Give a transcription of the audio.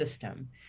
system